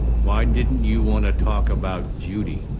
why didn't you want to talk about judy?